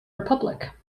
republic